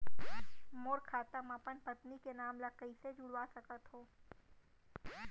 मोर खाता म अपन पत्नी के नाम ल कैसे जुड़वा सकत हो?